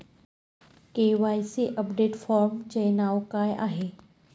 KYC update फॉर्मचे नाव काय आहे?